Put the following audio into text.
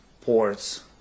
ports